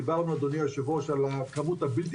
דיברנו אדוני היו"ר על הכמות הבלתי